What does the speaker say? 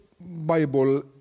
Bible